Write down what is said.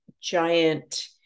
giant